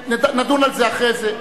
נדון על זה אחרי זה.